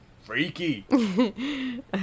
freaky